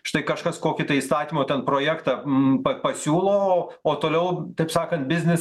štai kažkas kokį tai įstatymo ten projektą pa pasiūlo o toliau taip sakant biznis